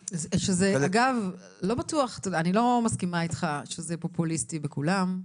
שאגב, אני לא מסכימה איתך שזה פופוליסטי בכולן.